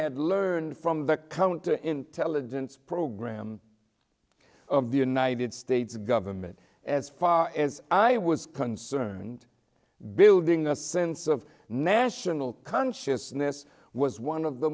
had learned from the counter intelligence program of the united states government as far as i was concerned building a sense of national consciousness was one of the